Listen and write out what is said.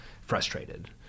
frustrated